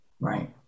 Right